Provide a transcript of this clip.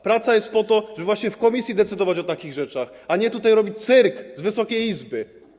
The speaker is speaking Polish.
Praca jest po to, żeby właśnie w komisji decydować o takich rzeczach, a nie robić cyrk z Wysokiej Izby.